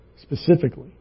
specifically